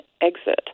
exit